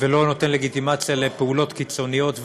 ולא נותן לגיטימציה לפעילות קיצוניות,